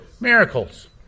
miracles